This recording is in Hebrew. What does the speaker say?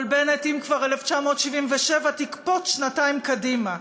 אבל, בנט, אם כבר 1977, תקפוץ שנתיים קדימה,